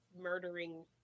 murdering